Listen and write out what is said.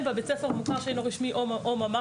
בה בית ספר מוכר שאינו רשמי או ממ"ח,